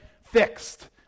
fixed